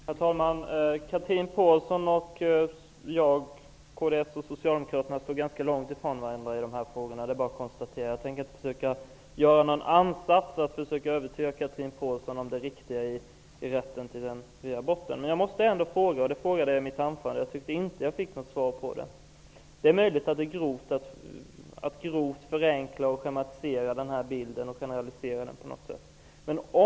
Herr talman! Chatrine Pålsson och jag, kds och Socialdemokraterna, står ganska långt ifrån varandra i dessa frågor. Det är bara att konstatera. Jag tänker inte göra någon ansats att försöka övertyga Chatrine Pålsson om det riktiga i rätten till fri abort. Jag ställde en fråga i mitt anförande, men jag tycker inte att jag fick svar på den. Det är möjligt att det jag nu säger är att grovt förenkla och generalisera bilden.